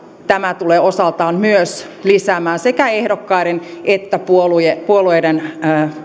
tämä tulee osaltaan myös lisäämään sekä ehdokkaiden että puolueiden puolueiden